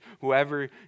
whoever